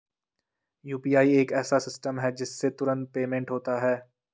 UPI एक ऐसा system है जिससे तुरंत पेमेंट होता है